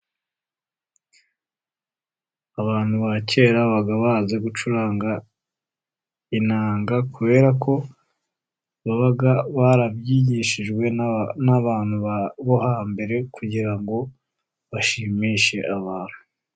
Abantu ba kera baba bazi gucuranga inanga, kubera ko baba barabyigishijwe n'abantu bo hambere kugira ngo bashimishe abantu.